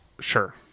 Sure